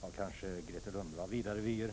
Har kanske Grethe Lundblad vidare vyer,